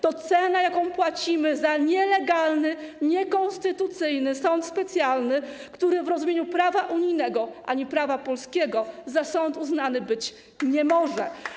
To cena, jaką płacimy za nielegalny, niekonstytucyjny sąd specjalny, który w rozumieniu prawa unijnego ani prawa polskiego za sąd uznany być nie może.